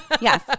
Yes